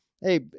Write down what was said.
hey